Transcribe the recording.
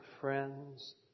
friends